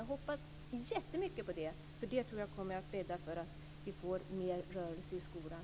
Jag hoppas mycket på det. Det kommer att bädda för att vi får mer rörelse i skolan.